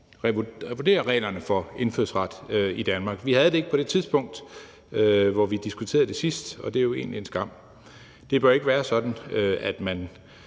vurderer reglerne for indfødsret i Danmark. Vi havde det ikke på det tidspunkt, hvor vi diskuterede det sidst, og det er jo egentlig en skam. Det bør ikke være sådan, at man